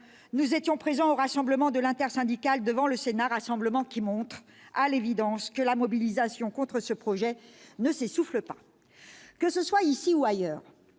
nous étions présents au rassemblement de l'intersyndicale devant le Sénat, rassemblement qui montre que, à l'évidence, la mobilisation contre ce projet ne s'essouffle pas. Que ce soit ici ou ailleurs,